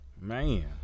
Man